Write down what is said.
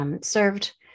served